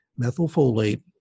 methylfolate